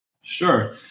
Sure